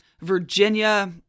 Virginia